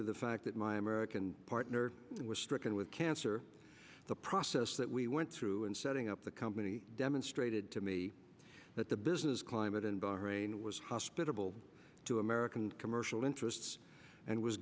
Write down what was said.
to the fact that my american partner was stricken with cancer the process that we went through in setting up the company demonstrated to me that the business climate in bahrain was hospitable to american commercial interests and was